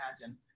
imagine